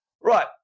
right